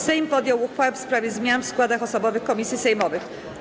Sejm podjął uchwałę w sprawie zmian w składach osobowych komisji sejmowych.